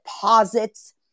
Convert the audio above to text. deposits